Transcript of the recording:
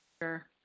Sure